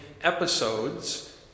episodes